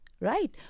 right